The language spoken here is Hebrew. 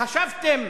חשבתם